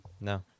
No